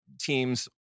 teams